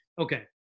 Okay